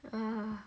ah